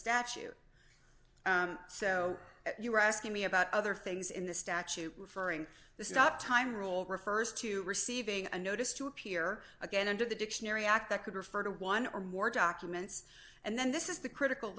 statue so you're asking me about other things in the statute referring this is not time rule refers to receiving a notice to appear again under the dictionary act that could refer to one or more documents and then this is the critical